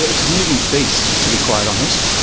it's a moving feast, to be quite honest,